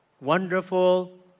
wonderful